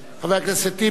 חבר הכנסת טיבי,